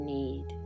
need